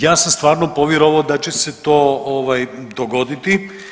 Ja sam stvarno povjerovao da će se to dogoditi.